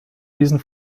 diesen